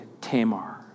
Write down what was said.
Tamar